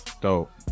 Dope